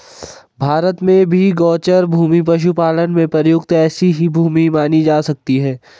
भारत में भी गोचर भूमि पशुपालन में प्रयुक्त ऐसी ही भूमि मानी जा सकती है